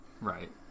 right